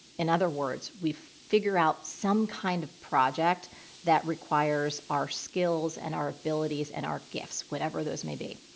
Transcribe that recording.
in other words, we figure out some kind of project that requires our skills and our abilities and our gifts, whatever those may be.